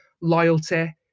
loyalty